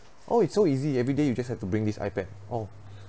oh it's so easy everyday you just have to bring this I_pad oh